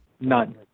None